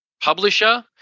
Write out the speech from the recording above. publisher